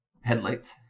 Headlights